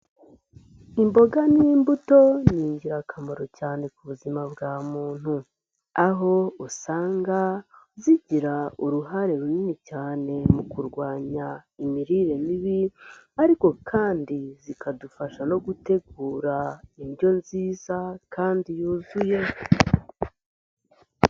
Imboga n'imbuto ni ingirakamaro cyane ku buzima bwa muntu, aho usanga zigira uruhare runini cyane mu kurwanya imirire mibi ariko kandi zikadufasha no gutegura indyo nziza kandi yuzuye.